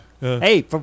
Hey